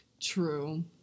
True